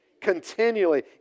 continually